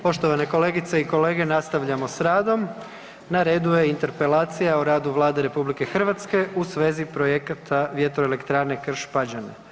Poštovane kolegice i kolege, nastavljamo s radom, na redu je: - Interpelacija o radu Vlade RH u svezi projekata vjetroelektrane Krš-Pađene.